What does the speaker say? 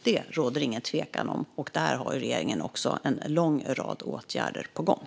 Det råder det ingen tvekan om, och här har regeringen också en lång rad åtgärder på gång.